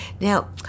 now